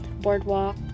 Boardwalk